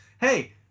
hey